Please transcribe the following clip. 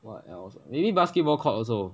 what else ah maybe basketball court also